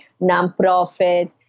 nonprofit